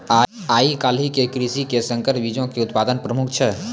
आइ काल्हि के कृषि मे संकर बीजो के उत्पादन प्रमुख छै